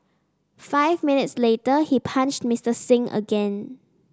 five minutes later he punched Mister Singh again